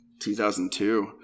2002